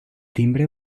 timbre